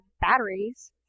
Batteries